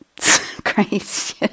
crazy